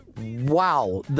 Wow